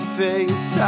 face